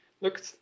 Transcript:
Look